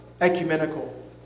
ecumenical